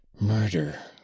murder